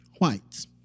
whites